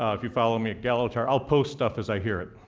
um if you follow me at galloglobal, i'll post stuff as i hear it,